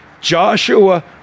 Joshua